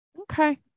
Okay